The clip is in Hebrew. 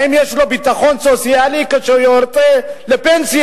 האם יש לו ביטחון סוציאלי כאשר הוא יוצא לפנסיה?